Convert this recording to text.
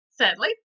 sadly